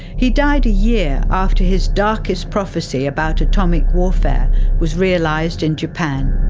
he died a year after his darkest prophecy about atomic warfare was realised in japan.